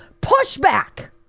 pushback